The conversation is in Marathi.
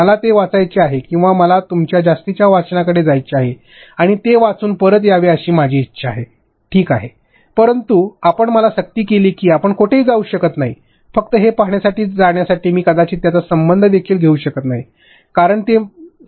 मला ते वाचायचे आहे किंवा मला तुमच्या जास्तीच्या वाचनाकडे जायचे आहे आणि ते वाचून परत यावे अशी माझी इच्छा आहे ठीक आहे परंतु आपण मला सक्ती केली की आपण कुठेही जाऊ शकत नाही फक्त हे पहाण्यासाठी जाण्यासाठी मी कदाचित त्यांचा संबंध देखील घेऊ शकत नाही कारण ते समजलेले नाहीत